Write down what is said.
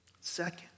Second